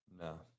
No